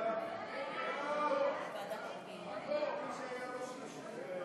ההצעה להעביר את הצעת חוק התכנון